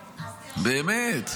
באמת,